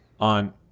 on